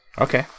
Okay